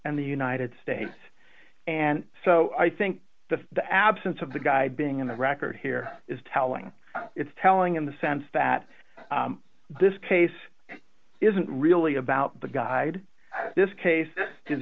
and the united states and so i think that the absence of the guy being on the record here is telling it's telling in the sense that this case isn't really about the guide this case is